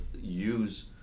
use